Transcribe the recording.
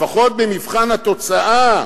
לפחות במבחן התוצאה,